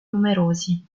numerosi